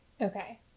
Okay